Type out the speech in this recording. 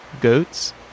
goats